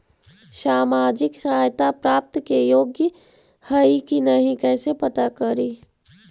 सामाजिक सहायता प्राप्त के योग्य हई कि नहीं कैसे पता करी?